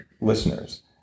listeners